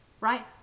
Right